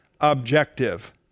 objective